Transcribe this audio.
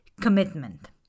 commitment